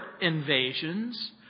invasions